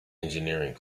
engineering